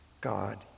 God